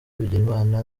bigirimana